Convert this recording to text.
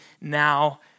now